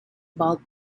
valve